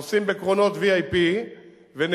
נוסעים בקרונות VIP ונהנים,